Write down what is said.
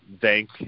thank